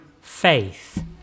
faith